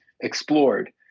explored